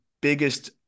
biggest